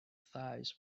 thighs